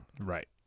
Right